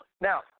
Now